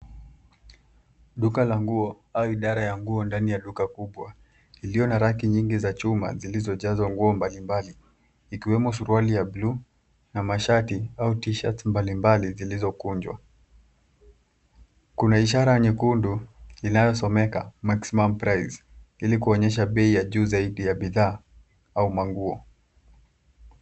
Duka la nguo au idhara ya nguo ndani ya duka kubwa, ilio na raki nyingi za chuma zilizo jaswa nguo mbali mbali ikiwemo suruali la bluu na mashati au t shirt mbali mbali zilizokunjwa. Kuna ishara nyekundu inaosomeka maximum price ili kuonyesha pei ya juu saidi ya bidhaa au manguo.